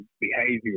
behavior